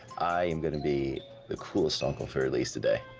i am gonna be the coolest uncle for at least a day.